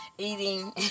Eating